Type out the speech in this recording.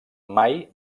mai